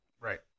Right